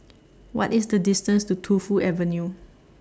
What IS The distance to Tu Fu Avenue